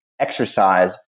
exercise